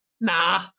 Nah